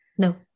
No